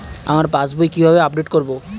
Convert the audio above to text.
আমার পাসবুক কিভাবে আপডেট করবো?